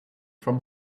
from